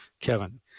Kevin